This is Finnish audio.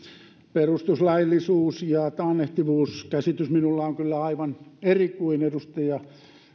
perustuslaillisuus ja taannehtivuuskäsitys minulla on kyllä aivan eri kuin edustaja